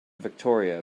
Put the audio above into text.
victoria